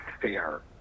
fair